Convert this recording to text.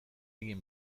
egin